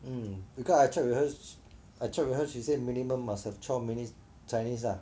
mm because I check with her I check with her she say minimum must have twelve minutes chinese lah